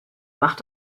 macht